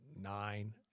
nine